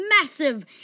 massive